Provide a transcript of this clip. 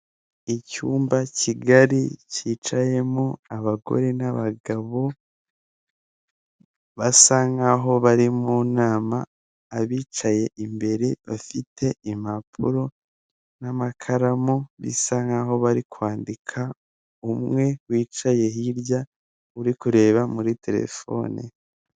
Icyumba kigari cyicayemo abagore n'abagabo basa nk'aho bari mu nama, abicaye imbere bafite impapuro n'amakaramu bisa nk'aho bari kwandika, umwe wicaye hirya uri kureba muri telefone.